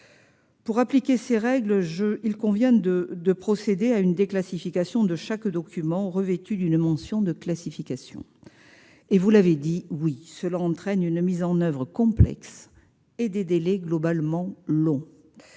Pour appliquer ces règles, il convient de procéder à une déclassification de chaque document revêtu d'une mention de classification, ce qui entraîne, comme vous l'avez souligné, une mise en oeuvre complexe et des délais globalement longs.